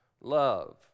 love